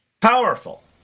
powerful